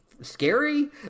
scary